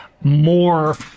more